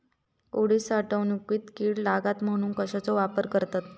उडीद साठवणीत कीड लागात म्हणून कश्याचो वापर करतत?